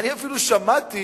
אני אפילו שמעתי